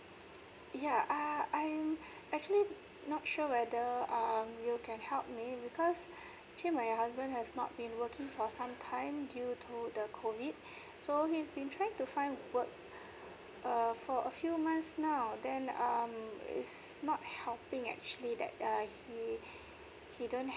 yeah err I'm actually not sure whether um you can help me because actually my husband have not been working for some time due to the COVID so he's been trying to find work err for a few months now then um is not helping actually that uh he he don't